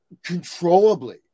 controllably